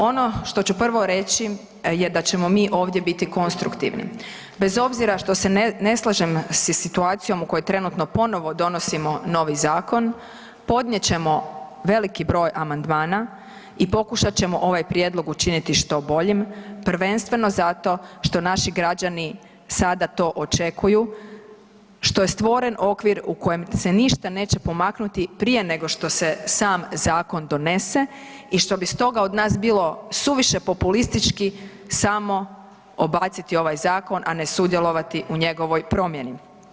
Ono što ću prvo reći je da ćemo mi ovdje biti konstruktivni bez obzira što se ne slažem sa situacijom o kojoj trenutno donosimo novi zakon podnijet ćemo veliki broj amandmana i pokušat ćemo ovaj prijedlog učiniti što boljim, prvenstveno zato što naši građani sada to očekuju, što je stvoren okvir u kojem se ništa neće pomaknuti prije nego što se sam zakon donese i što bi stoga od nas bilo suviše populistički samo odbaciti ovaj zakon, a ne sudjelovati u njegovoj promjeni.